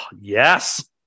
Yes